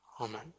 Amen